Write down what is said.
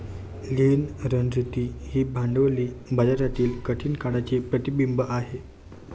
लीन रणनीती ही भांडवली बाजारातील कठीण काळाचे प्रतिबिंब आहे